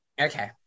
Okay